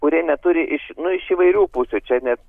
kurie neturi iš nu iš įvairių pusių čia net